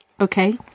Okay